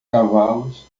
cavalos